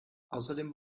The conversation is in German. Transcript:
außerdem